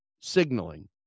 signaling